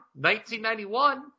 1991